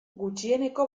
gutxieneko